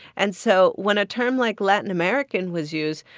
and so when a term like latin american was used,